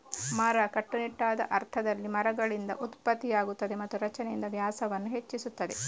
ಮರ, ಕಟ್ಟುನಿಟ್ಟಾದ ಅರ್ಥದಲ್ಲಿ, ಮರಗಳಿಂದ ಉತ್ಪತ್ತಿಯಾಗುತ್ತದೆ ಮತ್ತು ರಚನೆಯಿಂದ ವ್ಯಾಸವನ್ನು ಹೆಚ್ಚಿಸುತ್ತದೆ